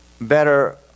better